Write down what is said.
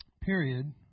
Period